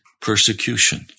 persecution